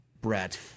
Brett